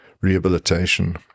rehabilitation